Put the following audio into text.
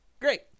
Great